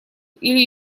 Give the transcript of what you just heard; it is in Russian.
или